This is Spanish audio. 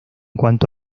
cuanto